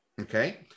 okay